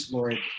Lord